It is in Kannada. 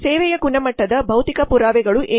ಸೇವೆಯ ಗುಣಮಟ್ಟದ ಭೌತಿಕ ಪುರಾವೆಗಳು ಏನು